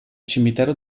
cimitero